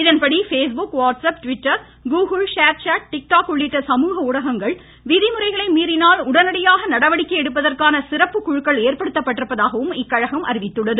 இதன்படி உள்ளிட்ட சமூக ஊடகங்கள் விதிமுறைகளை மீறினால் உடனடியாக நடவடிக்கை எடுப்பதற்கான சிறப்பு குழுக்கள் ஏற்படுத்தப்பட்டிருப்பதாகவும் இக்கழகம் அறிவித்துள்ளது